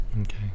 Okay